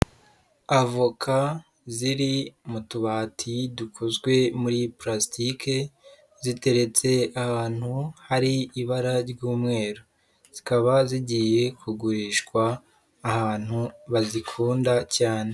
Avoka ziri mu tubati dukozwe muri pulasitike ziteretse ahantu hari ibara ry'umweru, zikaba zigiye kugurishwa ahantu bazikunda cyane.